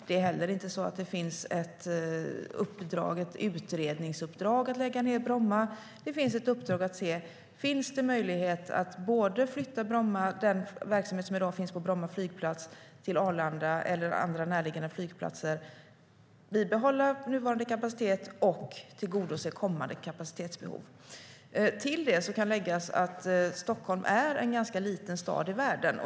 Det är heller inte så att det finns ett utredningsuppdrag att lägga ned Bromma. Det finns ett uppdrag att se om det finns möjlighet att flytta den verksamhet som i dag finns på Bromma flygplats till Arlanda eller andra närliggande flygplatser, bibehålla nuvarande kapacitet och tillgodose kommande kapacitetsbehov. Till detta kan läggas att Stockholm är en ganska liten stad i världen.